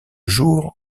jour